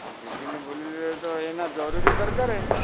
ଆଉ ଦୁଇ ଦିନ ବୁଲିଲେ ତ ଏନା ଜରୁରି ଦରକାରେ